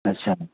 अच्छा